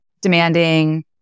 demanding